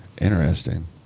Interesting